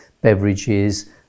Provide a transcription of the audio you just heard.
beverages